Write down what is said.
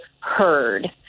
heard